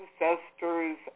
ancestors